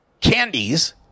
candies